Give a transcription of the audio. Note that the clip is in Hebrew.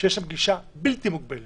שיש להם גישה בלתי מוגבלת